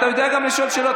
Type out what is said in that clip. אתה יודע גם לשאול שאלות,